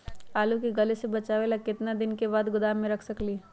आलू के गले से बचाबे ला कितना दिन तक गोदाम में रख सकली ह?